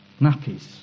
nappies